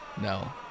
no